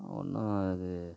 ஒன்றும் அது